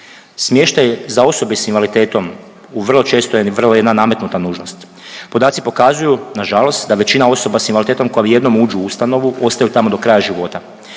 Smještaj za osobe s invaliditetom, u vrlo često je vrlo jedna nametnuta nužnost. Podaci pokazuju, nažalost da većina osoba s invaliditetom, koje jednom uđu u ustanovu, ostaju tamo do kraja života.